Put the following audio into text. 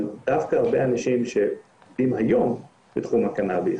אבל דווקא הרבה אנשים שהם היום בתחום הקנאביס,